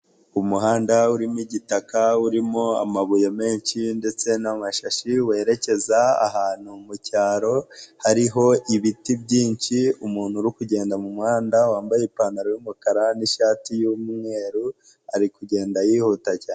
Umuhanda urimo, igitaka urimo amabuye menshi ndetse n'amashashi, werekeza ahantu mu cyaro, hariho ibiti byinshi, umuntu uri kugenda mu muhanda, wambaye ipantaro y'umukara n'ishati y'umweru, ari kugenda yihuta cyane.